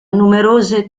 numerose